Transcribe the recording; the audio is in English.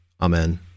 Amen